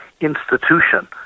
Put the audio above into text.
institution